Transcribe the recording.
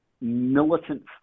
militant